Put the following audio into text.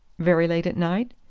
very late at night?